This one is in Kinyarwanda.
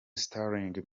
sterling